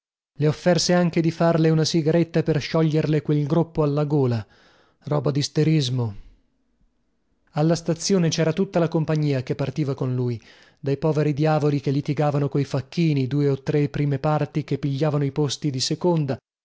le offerse anche di farle una sigaretta per scioglierle quel gruppo alla gola storia disterismo alla stazione cera tutta la compagnia che partiva con lui dei poveri diavoli che litigavano coi facchini due o tre prime parti che pigliavano i posti di seconda